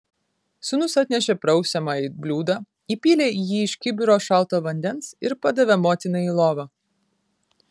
sūnus atnešė prausiamąjį bliūdą įpylė į jį iš kibiro šalto vandens ir padavė motinai į lovą